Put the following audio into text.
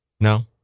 No